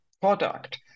product